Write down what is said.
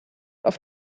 auf